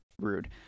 rude